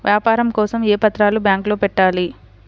వ్యాపారం కోసం ఏ పత్రాలు బ్యాంక్లో పెట్టాలి?